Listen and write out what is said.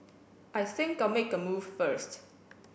I think I'll make a move first